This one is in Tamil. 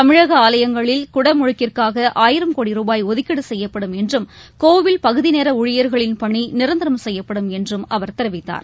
தமிழகஆலயங்களில் குடமுழுக்கிற்காகஆயிரம் கோடி சரூபாய் ஒதுக்கீடுசெய்யப்படும் என்றும் கோவில் பகுதிநேரணழியர்களின் பணி நிரந்தரம் செய்யப்படும் என்றும் அவர் தெரிவித்தார்